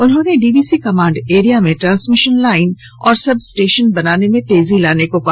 उन्होंने DVC command area में transmission line और सब स्टेशन बनाने में तेजी लाने को कहा